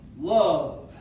Love